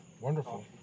Wonderful